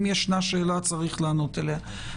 אם יש שאלה, יש לענות עליה.